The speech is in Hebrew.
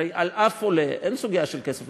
הרי על אף עולה אין סוגיה של כסף,